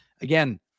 again